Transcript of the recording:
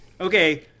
okay